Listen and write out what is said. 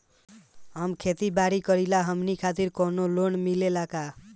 हम खेती बारी करिला हमनि खातिर कउनो लोन मिले ला का?